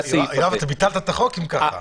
אז ביטלת את החוק אם כך.